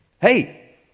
Hey